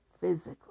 physically